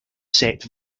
set